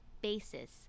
basis